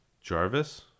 Jarvis